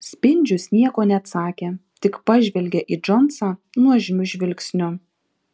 spindžius nieko neatsakė tik pažvelgė į džonsą nuožmiu žvilgsniu